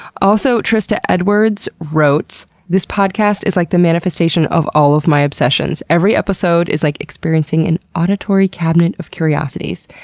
also, trista edwards wrote this podcast is like the manifestation of all of my obsessions. every episode is like experiencing an auditory cabinet of curiosities.